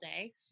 day